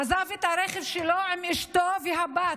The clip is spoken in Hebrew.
עזב את הרכב שלו עם אשתו והבת,